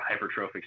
hypertrophic